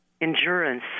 Endurance